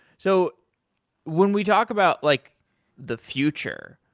so when we talk about like the future,